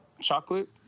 chocolate